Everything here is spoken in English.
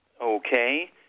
Okay